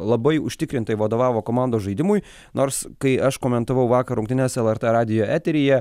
labai užtikrintai vadovavo komandos žaidimui nors kai aš komentavau vakar rungtynes lrt radijo eteryje